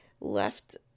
left